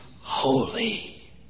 holy